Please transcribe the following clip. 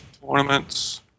tournaments